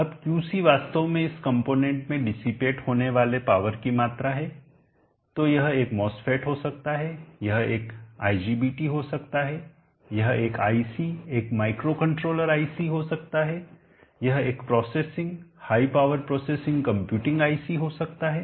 अब क्यूसी वास्तव में इस कंपोनेंट में डीसीपेट होने वाले पावर की मात्रा है तो यह एक MOSFET हो सकता है यह एक IGBT हो सकता है यह एक IC एक माइक्रोकंट्रोलर IC हो सकता है यह एक processing high power processing computing IC हो सकता है